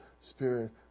spirit